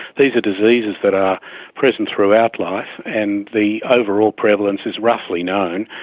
these are diseases that are present throughout life, and the overall prevalence is roughly known.